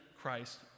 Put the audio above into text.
Christ